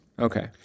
Okay